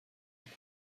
pour